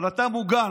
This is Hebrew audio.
אבל אתה מוגן.